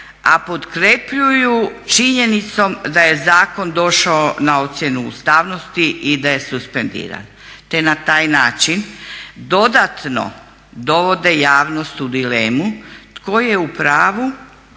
a potkrepljuju činjenicom da je zakon došao na ocjenu ustavnosti i da je suspendiran, te na taj način dodatno dovode javnost u dilemu tko je u pravu